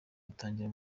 dutangira